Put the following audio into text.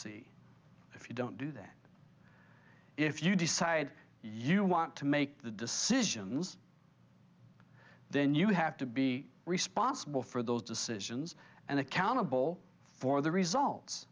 see if you don't do that if you decide you want to make the decisions then you have to be responsible for those decisions and accountable for the results